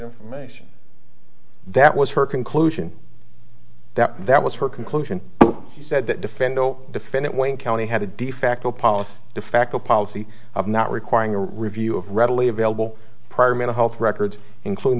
nation that was her conclusion that that was her conclusion she said that defendo defendant wayne county had a de facto policy defacto policy of not requiring a review of readily available prior mental health records including